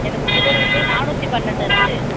எனக்கு சுகர் வந்து நானூற்றி பன்னெண்டு இருக்குது